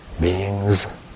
beings